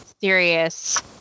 serious